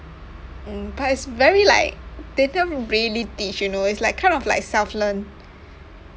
mm but it's very like they don't really teach you know it's like kind of like self-learn